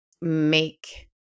make